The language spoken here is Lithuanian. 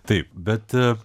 taip bet a